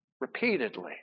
repeatedly